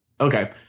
Okay